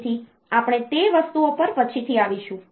તેથી આપણે તે વસ્તુઓ પર પછીથી આવીશું